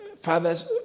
fathers